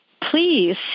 Please